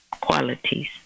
qualities